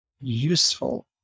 useful